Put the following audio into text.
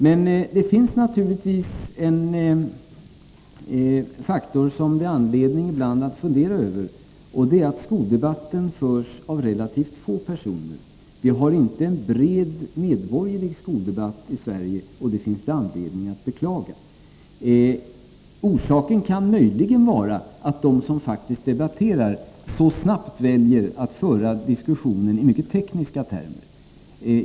Men det är en faktor som det ibland finns anledning att fundera över, och det är att skoldebatten förs av relativt få personer. Vi har inte en bred medborgerlig skoldebatt i Sverige, vilket det finns anledning att beklaga. Orsaken kan möjligen vara att de som faktiskt debatterar så snabbt väljer att föra diskussionen i mycket tekniska termer.